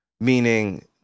meaning